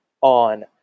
on